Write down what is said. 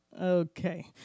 Okay